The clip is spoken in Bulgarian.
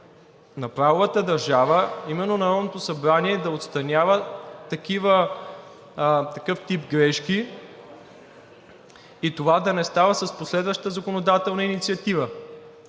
на правовата държава именно Народното събрание да отстранява такъв тип грешки и това да не става с последваща законодателна инициатива.